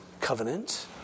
covenant